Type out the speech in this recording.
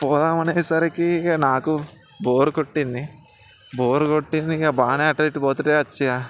పోదాం అనేసరికి ఇక నాకు బోర్ కొట్టింది బోర్ కొట్టింది ఇక బాగానే అటు ఇటు పోతుంటే వచ్చా